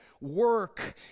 work